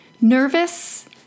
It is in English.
nervous